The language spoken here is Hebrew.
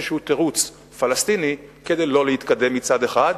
תירוץ פלסטיני כדי שלא להתקדם מצד אחד,